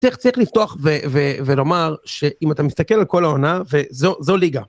תכף צריך לפתוח ולומר שאם אתה מסתכל על כל העונה וזו ליגה.